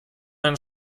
ein